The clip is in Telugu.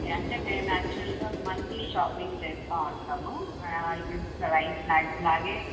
ఓకే అంటే మేము యాక్చువల్గా మంత్లీ షాపింగ్ చెస్తూ ఉంటాము ఇప్పుడు రైస్ బ్యాగ్స్ లాగే